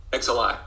XLI